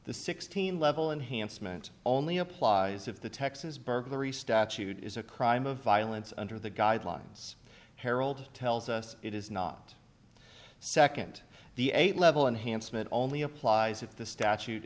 the sixteen level enhanced meant only applies if the texas burglary statute is a crime of violence under the guidelines harold tells us it is not the second the eight level unhandsome it only applies if the statute